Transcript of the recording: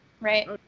right